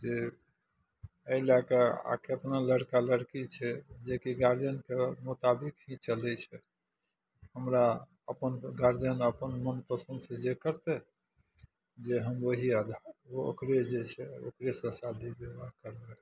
जे एहि लए कऽ आ केतनो लड़का लड़की छै जे की गार्जियनके मुताबिक ही चलै छै हमरा अपन गार्जियन अपन मोन पसन्दसँ जे करतै जे हम ओहि आधा ओकरे जे छै ओकरेसँ शादी विवाह करबै